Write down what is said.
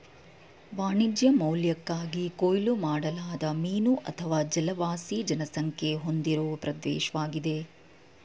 ವಾಣಿಜ್ಯ ಮೌಲ್ಯಕ್ಕಾಗಿ ಕೊಯ್ಲು ಮಾಡಲಾದ ಮೀನು ಅಥವಾ ಜಲವಾಸಿ ಜನಸಂಖ್ಯೆ ಹೊಂದಿರೋ ಪ್ರದೇಶ್ವಾಗಿದೆ